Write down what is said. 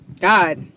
God